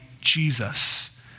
Jesus